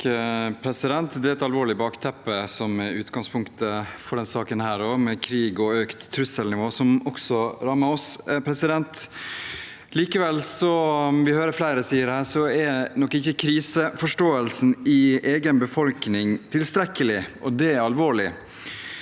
(KrF) Det er et alvorlig bakteppe som er utgangspunktet for denne saken, med krig og økt trusselnivå som også rammer oss. Som vi hører flere sier, er nok ikke kriseforståelsen i egen befolkning tilstrekkelig, og det er alvorlig.